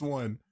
one